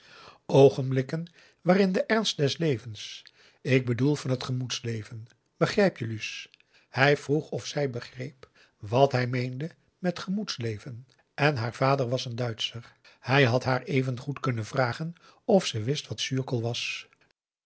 oogenblikken waarin de ernst des levens ik bedoel van het gemoedsleven begrijp je luus hij vroeg of zij begreep wat hij meende met gemoedsleven en haar vader was een duitscher hij had haar even goed kunnen vragen of ze wist wat zuurkool was